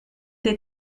des